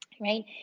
right